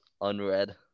unread